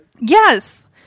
Yes